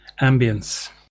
ambience